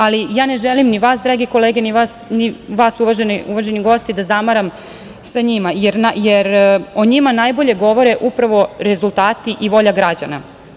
Ali, ne želim ni vas, drage kolege, ni vas uvaženi gosti da zamaram sa njima, jer o njima najbolje govore upravo rezultati i volja građana.